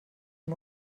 nur